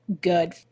good